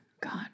god